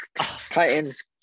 Titans